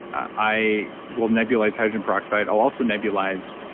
i will nebulize hydrogen peroxide. i'll also nebulize